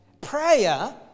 prayer